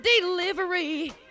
delivery